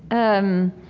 um,